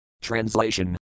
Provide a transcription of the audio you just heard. Translation